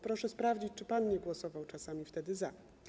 Proszę sprawdzić, czy pan nie głosował czasami wtedy za.